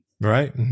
Right